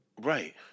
Right